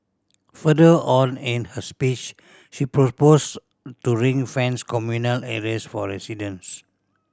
further on in her speech she proposed to ring fence communal areas for residents